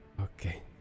Okay